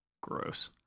gross